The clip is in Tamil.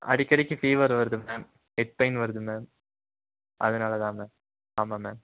அடிக்கடிக்கு ஃபீவர் வருது மேம் ஹெட் பெயின் வருது மேம் அதனால்தான் மேம் ஆமாம் மேம்